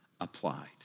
applied